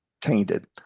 tainted